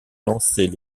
lancer